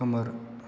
खोमोर